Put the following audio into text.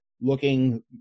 looking